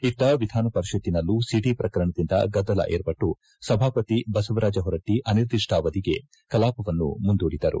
ಇತ್ತ ವಿಧಾನಪರಿಷತ್ತಿನಲ್ಲೂ ಸಿಡಿ ಪ್ರಕರಣದಿಂದ ಗದ್ದಲ ವಿರ್ಷಟ್ಟು ಸಭಾಪತಿ ಬಸವರಾಜ್ ಪೊರಟ್ಟ ಅನಿರ್ದಿಷ್ಟಾವಧಿಗೆ ಕಲಾಪವನ್ನು ಮುಂದೂಡಿದರು